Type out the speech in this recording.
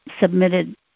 submitted